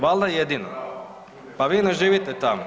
Valda jedino, … [[Upadica: Ne razumije se.]] pa vi ne živite tamo.